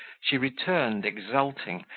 she returned, exalting,